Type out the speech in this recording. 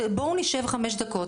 בואו נשב חמש דקות,